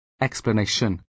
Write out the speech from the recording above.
Explanation